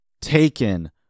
Taken